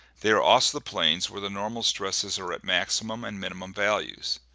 they are also the planes where the normal stresses are at maximum and minimum values.